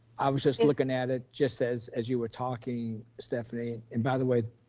i was just looking at, it just says, as you were talking, stephanie, and by the way,